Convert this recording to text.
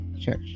church